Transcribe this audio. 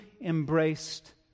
embraced